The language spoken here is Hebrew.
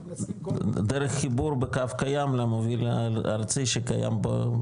דרך חיבור בקו קיים למוביל הארצי שקיים בו.